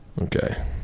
Okay